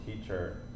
teacher